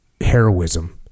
heroism